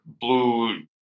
blue